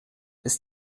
ist